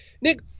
Nick